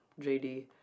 JD